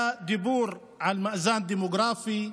היה דיבור על מאזן דמוגרפי,